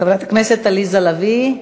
חברת הכנסת עליזה לביא.